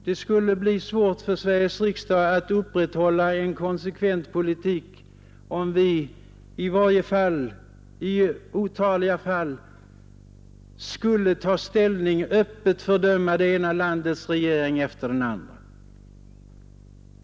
Det skulle bli svårt för Sveriges riksdag att upprätthålla en konsekvent politik om vi i otaliga fall skulle ta ställning och öppet fördöma det ena landets regering efter det andra.